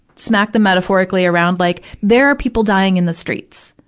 smack them metaphorically around, like there are people dying in the streets,